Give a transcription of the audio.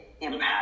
impact